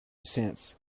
cents